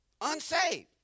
unsaved